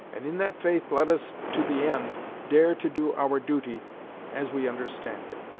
and in that faith let us to the end dare to do our duty as we understand it.